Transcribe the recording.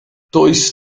does